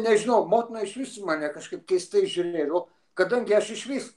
nežinau motina išvis į mane kažkaip keistai žiūrėjo kadangi aš išvis